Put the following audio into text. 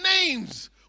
names